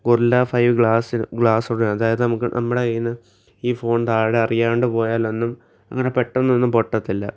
gorilla five glass ഗ്ലാസുള്ളത് അതായത് നമുക്ക് നമ്മുടെ കയ്യിൽ നിന്ന് ഈ ഫോൺ താഴെ അറിയാണ്ട് പോയാൽ ഒന്നും അങ്ങനെ പെട്ടെന്നൊന്നും പൊട്ടത്തില്ല